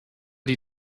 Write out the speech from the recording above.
die